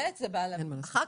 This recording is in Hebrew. דבר שני,